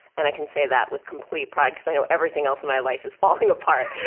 and i can say that with complete pride because i know everything else in my life is falling apart.